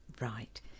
Right